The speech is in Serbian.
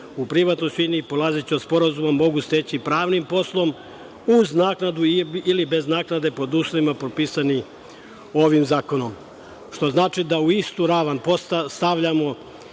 u privatnoj svojini, polazeći od sporazuma mogu steći pravnim poslom, uz naknadu ili bez naknade, pod uslovima propisanim ovim zakonom. Što znači da u istu ravan stavljamo